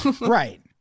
Right